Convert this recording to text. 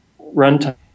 runtime